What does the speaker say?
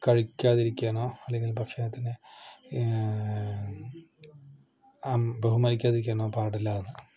കഴിക്കാതിരിക്കാനോ അല്ലെങ്കിൽ ഭക്ഷണത്തിനെ ബഹുമാനിക്കാതിരിക്കാനോ പാടില്ലായെന്ന്